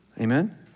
Amen